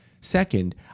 Second